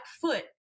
foot